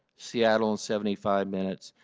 seattle in seventy five minutes,